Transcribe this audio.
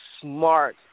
smart